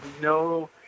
no